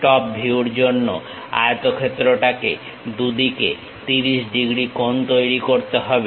top ভিউর জন্য আয়তক্ষেত্রটাকে দুদিকে 30 ডিগ্রী কোণ তৈরি করতে হবে